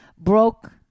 broke